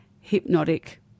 hypnotic